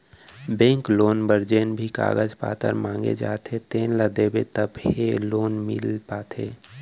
bank loan बर जेन भी कागज पातर मांगे जाथे तेन ल देबे तभे लोन मिल पाथे